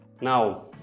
Now